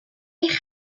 eich